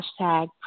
hashtag